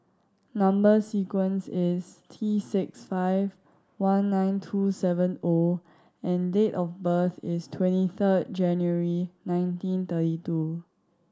number sequence is T six five one nine two seven O and date of birth is twenty third January nineteen thirty two